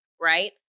right